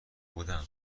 بودم